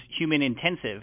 human-intensive